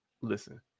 listen